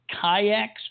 kayaks